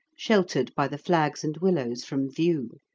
sheltered by the flags and willows from view.